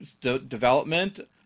development